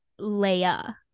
Leia